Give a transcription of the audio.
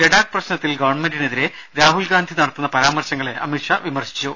ലഡാക്ക് പ്രശ്നത്തിൽ ഗവൺമെന്റിനെതിരെ രാഹുൽഗാന്ധി നടത്തുന്ന പരാമർശങ്ങളെ അമിത്ഷാ വിമർശിച്ചു